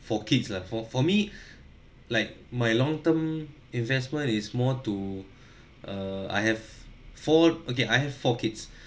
for kids lah for for me like my long term investment is more to err I have four okay I have four kids